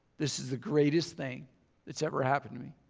this is the greatest thing that's ever happened to me.